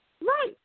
Right